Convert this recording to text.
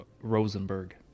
Rosenberg